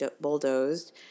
bulldozed